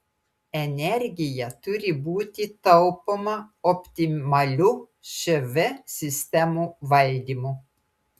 energija turi būti taupoma optimaliu šv sistemų valdymu